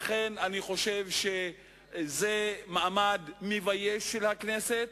לכן אני חושב שזה מעמד שמבייש את הכנסת.